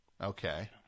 Okay